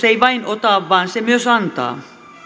ei vain ota vaan se myös antaa